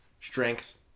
strength